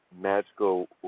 magical